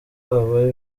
aba